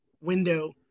window